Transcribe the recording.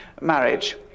marriage